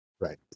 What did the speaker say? Right